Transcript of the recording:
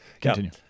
continue